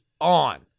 on